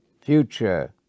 future